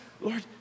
Lord